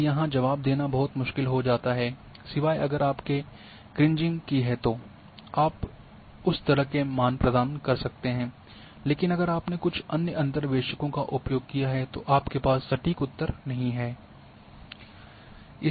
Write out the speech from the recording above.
और यहाँ जवाब देना बहुत मुश्किल हो जाता है सिवाय अगर आपने क्रिंजिंग की है तो आप उस तरह के मान प्रदान कर सकते हैं लेकिन अगर आपने कुछ अन्य अंतर्वेशकों का उपयोग किया है तो आपके पास सटीक उत्तर नहीं है